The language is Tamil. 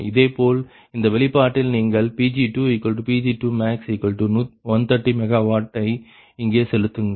இதேபோல இந்த வெளிப்பாட்டில் நீங்கள் Pg2Pg2max130 MW ஐ இங்கே செலுத்துங்கள்